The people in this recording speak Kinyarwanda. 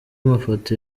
mafoto